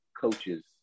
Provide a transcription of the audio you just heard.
coaches